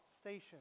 Station